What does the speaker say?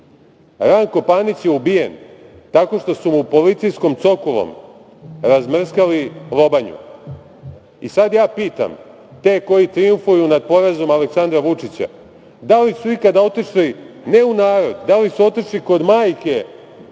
Ranko Panić je ubijen tako što su mu policijskom cokulom razmrskali lobanju. Sad ja pitam te koji trijumfuju nad porazom Aleksandra Vučića da li su ikada otišli ne u narod, da li su otišli kod majke